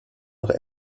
noch